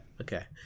okay